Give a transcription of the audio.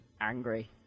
angry